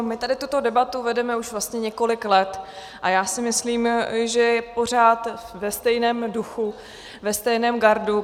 My tuto debatu vedeme už vlastně několik let a já si myslím, že je pořád ve stejném duchu, ve stejném gardu.